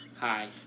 Hi